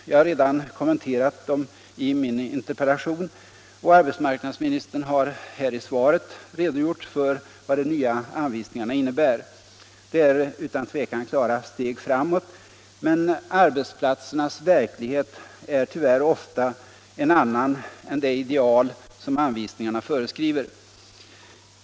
Jag har redan kommenterat dem i min interpellation, och arbetsmarknadsministern har i svaret här redogjort för vad de nya anvisningarna innebär. Det är utan tvivel klara steg framåt, men arbetsplatsernas verklighet är tyvärr ofta en annan än det ideal som anvis ningarna föreskriver.